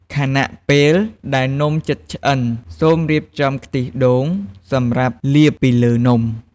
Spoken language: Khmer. ខណៈពេលដែលនំជិតឆ្អិន សូមរៀបចំខ្ទិះដូងសម្រាប់លាបពីលើនំ។